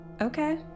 Okay